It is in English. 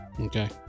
okay